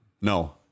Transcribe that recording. No